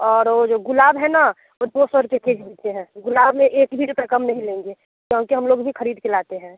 और वो जो गुलाब है ना वो दो सौ रुपये के जी दिए हैं गुलाब में एक भी रुपया कम नहीं लेंगे क्योंकि हम लोग भी खरीद कर लाते हैं